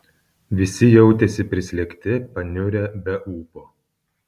visi jautėsi prislėgti paniurę be ūpo